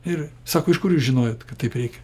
ir sako iš kur jūs žinojot kad taip reikia